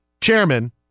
chairman